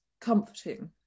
comforting